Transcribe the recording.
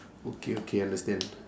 okay okay understand